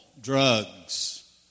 drugs